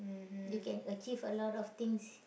you can achieve a lot of things